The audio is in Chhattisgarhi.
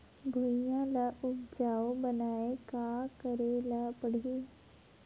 भुइयां ल उपजाऊ बनाये का करे ल पड़ही?